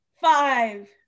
five